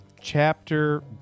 Chapter